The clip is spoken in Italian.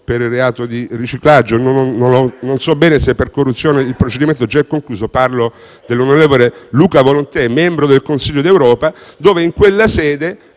per il reato di riciclaggio; non so bene se è per corruzione. Il procedimento è già concluso. Parlo dell'onorevole Luca Volontè, membro del Consiglio d'Europa, e della